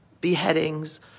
beheadings